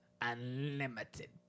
Unlimited